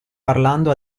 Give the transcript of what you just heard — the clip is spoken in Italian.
parlando